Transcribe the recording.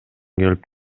келип